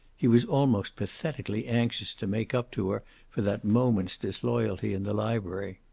he was almost pathetically anxious to make up to her for that moment's disloyalty in the library.